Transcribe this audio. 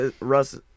Russ